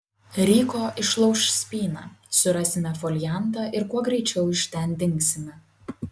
ryko išlauš spyną surasime foliantą ir kuo greičiau iš ten dingsime